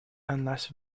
unless